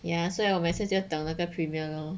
ya 所有 message 就等那个 premium lor